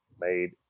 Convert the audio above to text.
made